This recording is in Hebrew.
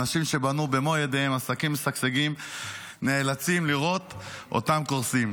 אנשים שבנו במו ידיהם עסקים משגשגים נאלצים לראות אותם קורסים.